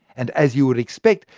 and as you would expect,